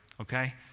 okay